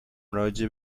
راجع